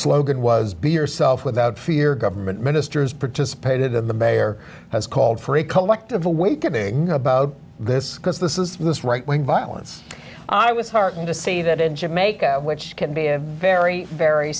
slogan was be yourself without fear government ministers participated and the mayor has called for a collective awakening about this because this is this right wing violence i was heartened to see that in jamaica which can be a very very